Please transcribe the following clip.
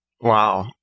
Wow